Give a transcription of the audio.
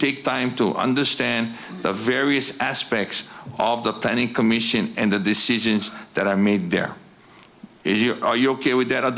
take time to understand the various aspects of the planning commission and the decisions that i made there are you ok with that